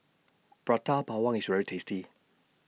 Prata Bawang IS very tasty